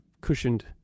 cushioned